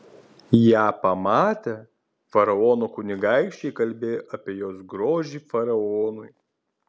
ją pamatę faraono kunigaikščiai kalbėjo apie jos grožį faraonui